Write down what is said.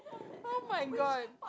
oh-my-god